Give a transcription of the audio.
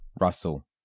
Russell